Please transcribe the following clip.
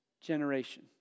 generation